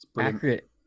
accurate